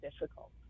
difficult